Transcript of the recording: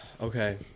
Okay